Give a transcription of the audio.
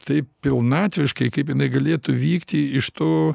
taip pilnatviškai kaip jinai galėtų vykti iš tų